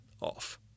off